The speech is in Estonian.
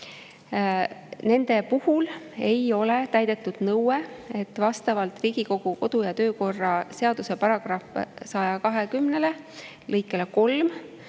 ja 3 puhul ei ole täidetud nõue, et vastavalt Riigikogu kodu‑ ja töökorra seaduse § 120 lõikele 3